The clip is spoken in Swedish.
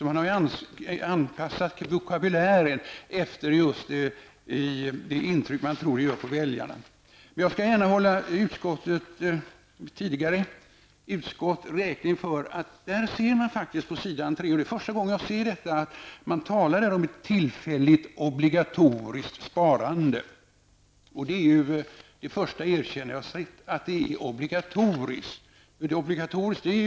Man har anpassat vokabulären efter det intryck som man tror att det gör på väljarna. Jag skall gärna hålla tidigare utskott räkning för att man faktiskt på s. 3 i betänkandet -- och det är första gången jag ser detta -- talar om ett tillfälligt obligatoriskt sparande. Det är det första erkännandet jag har sett på att det är fråga om ett obligatoriskt sparande.